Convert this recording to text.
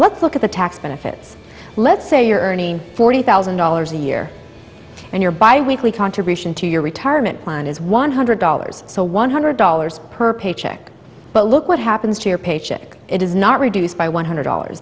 let's look at the tax benefits let's say you're earning forty thousand dollars a year and you're by weekly contribution to your retirement plan is one hundred dollars so one hundred dollars per paycheck but look what happens to your paycheck it is not reduced by one hundred dollars